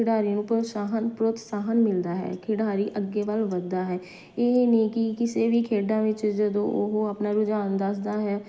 ਖਿਡਾਰੀ ਨੂੰ ਪ੍ਰੋਸ਼ਾਹਨ ਪ੍ਰੋਤਸਾਹਨ ਮਿਲਦਾ ਹੈ ਖਿਡਾਰੀ ਅੱਗੇ ਵੱਲ ਵੱਧਦਾ ਹੈ ਇਹ ਨਹੀਂ ਕਿ ਕਿਸੇ ਵੀ ਖੇਡਾਂ ਵਿੱਚ ਜਦੋਂ ਉਹ ਆਪਣਾ ਰੁਝਾਨ ਦੱਸਦਾ ਹੈ